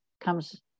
comes